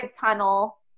tunnel